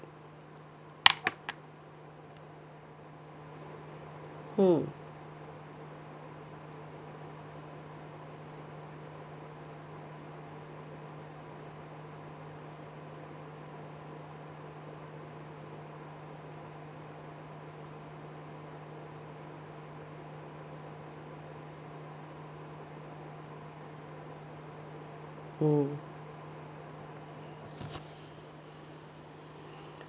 mm mm